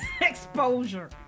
Exposure